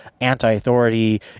anti-authority